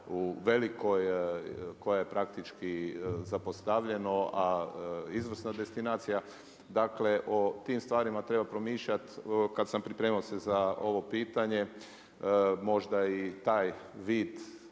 u Velikoj koja je praktički zapostavljeno, a izvrsna destinacija dakle o tim stvarima treba promišljati, kada sam se pripremao za ovo pitanje, možda i taj vid